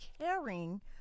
caring